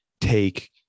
take